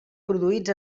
produïts